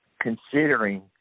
considering